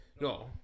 No